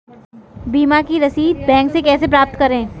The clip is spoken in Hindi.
बीमा की रसीद बैंक से कैसे प्राप्त करें?